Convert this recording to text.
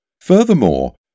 Furthermore